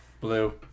Blue